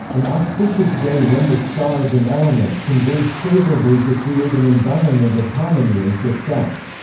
an auspicious day when the stars and elements converge favourably to create an environment of harmony and success,